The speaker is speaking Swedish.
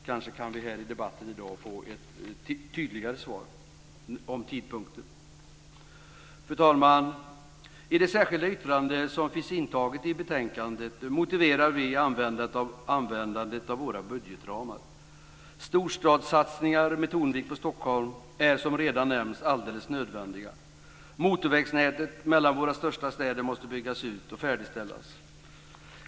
Kanske kan vi här i debatten i dag få ett tydligare svar om tidpunkten. Fru talman! I det särskilda yttrande som finns intaget i betänkandet motiverar vi användandet av våra budgetramar. Storstadssatsningar med tonvikt på Stockholm är som redan nämnts alldeles nödvändiga. Motorvägsnätet mellan våra största städer måste byggas ut och färdigställas.